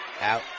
Out